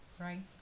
right